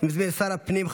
שר הפנים,